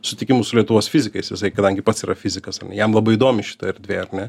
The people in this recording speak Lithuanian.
susitikimus su lietuvos fizikais jisai kadangi pats yra fizikas ar ne jam labai įdomi šita erdvė ar ne